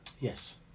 Yes